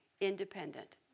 independent